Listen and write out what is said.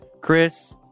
Chris